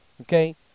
Okay